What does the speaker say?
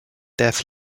def